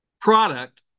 product